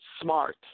smart